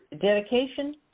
dedication